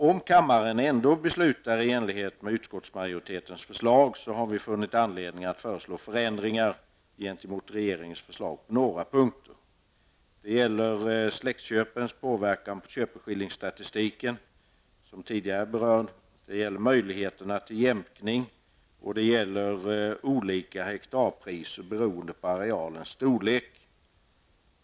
Om kammaren ändå beslutar i enlighet med utskottsmajoritetens förslag har vi funnit anledning att föreslå förändringar gentemot regeringsförslaget på några punkter. Det gäller släktköpenspåverkan på köpeskillingsstatistiken, som berördes här tidigare, det gäller möjligheterna till jämkning och det gäller olika hektarpriser beroende på arealens storlek.